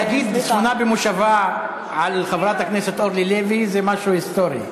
להגיד ספונה במושבה על חברת הכנסת אורלי לוי זה משהו היסטורי.